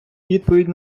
відповідь